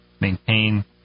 maintain